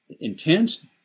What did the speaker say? intense